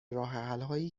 راهحلهایی